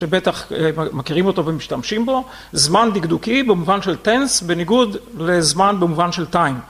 שבטח מכירים אותו ומשתמשים בו, זמן דקדוקי במובן של tense בניגוד לזמן במובן של time.